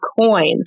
coin